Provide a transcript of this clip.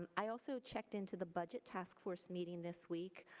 i also checked into the budget task force meeting this week.